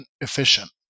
efficient